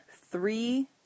three